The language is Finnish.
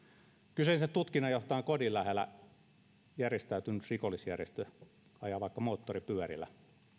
kyseisen tutkinnanjohtajan kodin lähellä järjestäytynyt rikollisjärjestö ajaa vaikka moottoripyörillä